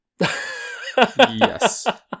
Yes